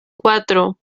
cuatro